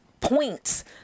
points